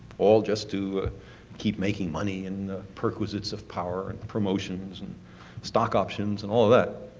all just to keep making money and perquisite of power and promotions, and stock options, and all of that,